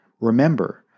remember